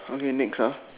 okay next ah